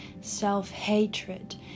self-hatred